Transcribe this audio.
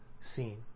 seen